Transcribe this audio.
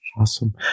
Awesome